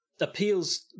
appeals